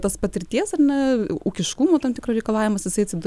tos patirties ar ne ūkiškumo tam tikrų reikalavimų jisai